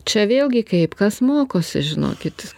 čia vėlgi kaip kas mokosi žinokit